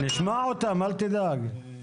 נשמע אותם, אל תדאג.